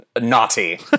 naughty